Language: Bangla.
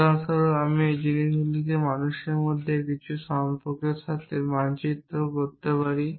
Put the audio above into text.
উদাহরণস্বরূপ আমি এই জিনিসগুলিকে মানুষের মধ্যে কিছু সম্পর্কের সাথে মানচিত্র করতে পারি